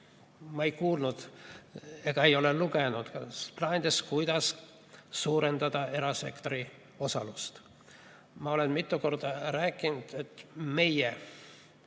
ma ei kuulnud ega lugenud plaanidest, kuidas suurendada erasektori osalust. Ma olen mitu korda rääkinud, et Eesti